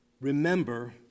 Remember